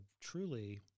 truly